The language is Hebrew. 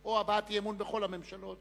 או הבעת אי-אמון בכל הממשלות